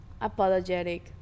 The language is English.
apologetic